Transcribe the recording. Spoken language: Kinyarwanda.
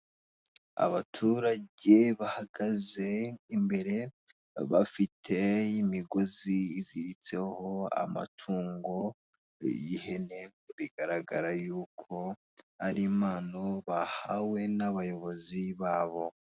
Abaturage bahagaze imbere bafite imigozi iziritseho amatungo y'ihene bigaragara yuko ari impano bahawe n'abayobozi babo.